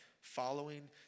following